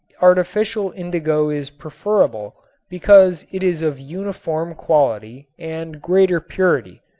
artificial indigo is preferable because it is of uniform quality and greater purity.